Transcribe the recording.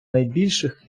найбільших